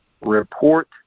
Report